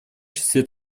числе